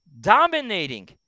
dominating